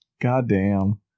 goddamn